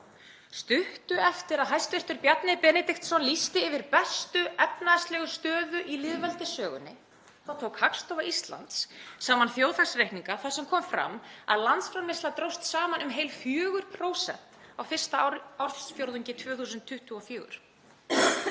Stuttu eftir að hæstv. forsætisráðherra Bjarni Benediktsson lýsti yfir bestu efnahagslegu stöðu í lýðveldissögunni þá tók Hagstofa Íslands saman þjóðhagsreikninga þar sem kom fram að landsframleiðsla dróst saman um heil 4% á fyrsta ársfjórðungi 2024.